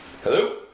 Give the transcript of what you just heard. Hello